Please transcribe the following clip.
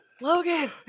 Logan